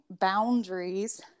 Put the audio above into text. boundaries